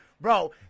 bro